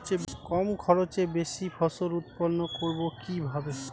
কম খরচে বেশি ফসল উৎপন্ন করব কিভাবে?